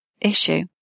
issue